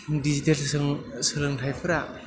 डिजिटेलजों सोलों सोलोंथाइफोरा